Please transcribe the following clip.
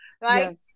right